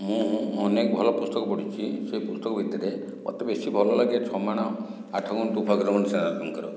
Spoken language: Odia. ମୁଁ ଅନେକ ଭଲ ପୁସ୍ତକ ପଢ଼ିଛି ସେ ପୁସ୍ତକ ଭିତରେ ମୋତେ ବେଶି ଭଲ ଲାଗେ ଛଅ ମାଣ ଆଠ ଗୁଣ୍ଠ ଫକୀର ମୋହନ ସେନାପତିଙ୍କର